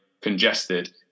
congested